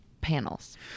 panels